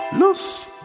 loose